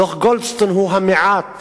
דוח גולדסטון הוא המעט